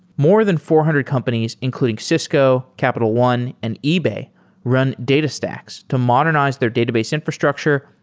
more than four hundred companies, including cisco, capital one, and ebay run datastax to modernize their database infrastructure,